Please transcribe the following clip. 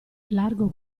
largo